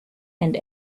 and